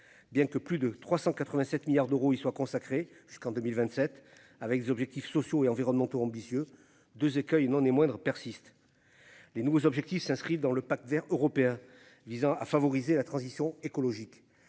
bien que plus de 387 milliards d'euros, il soit consacrée jusqu'en 2027 avec des objectifs sociaux et environnementaux ambitieux 2 écueils et non des moindres persiste. Les nouveaux objectifs s'inscrivent dans le Pacte Vert européen visant à favoriser la transition écologique.